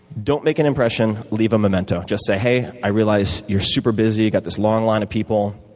don't make an impression, leave a memento. just say, hey, i realize you're super busy, you've got this long line of people.